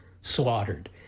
slaughtered